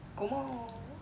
como